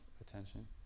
attention